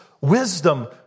wisdom